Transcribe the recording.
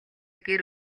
гэр